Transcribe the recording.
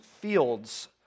fields